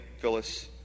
Phyllis